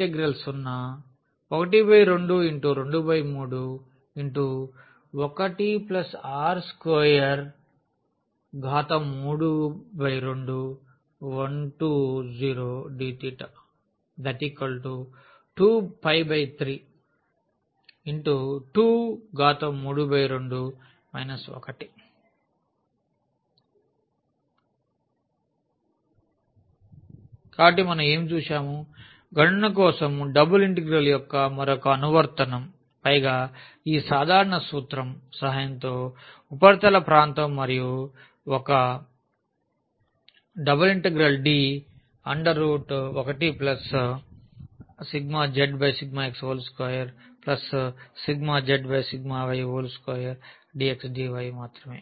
dy S 02πr 011r2r drdθ 02π12231r23201dθ 2π3232 1 కాబట్టి మనం ఏమి చూశాము గణన కోసం డబుల్ ఇంటిగ్రల్ యొక్క మరొక అనువర్తనం పైగా ఈ సాధారణ సూత్రం సహాయంతో ఉపరితల ప్రాంతం మరియు ఒక ∬D1∂z∂x2∂z∂y2DX dy మాత్రమే